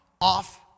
off